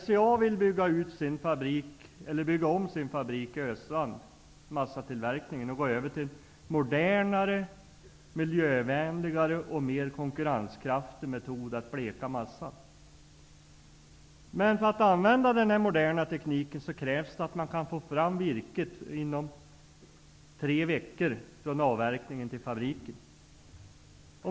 SCA vill bygga om sin fabrik för massatillverkning i Östrand och gå över till modernare, miljövänligare och konkurrenskraftigare metod att bleka massan. Men för att företaget skall kunna använda den modernare tekniken krävs det att man kan få fram virket till fabriken inom tre veckor från avverkningen.